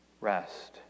rest